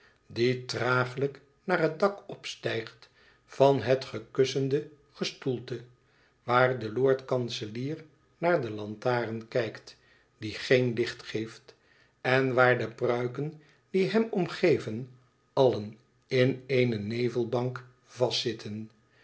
die traaglijk naar het dak opstijgt van het gekussende gestoelte waar de lord-kanselier naar de lantaren kijkt die geen licht geeft en waar de pruiken die hem omgeven allen in eene nevelbank vastzitten